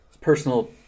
personal